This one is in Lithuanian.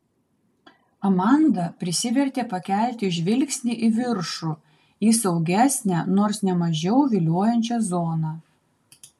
amanda prisivertė pakelti žvilgsnį į viršų į saugesnę nors ne mažiau viliojančią zoną